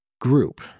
group